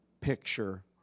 picture